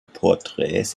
porträts